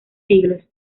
siglos